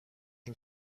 ein